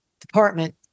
department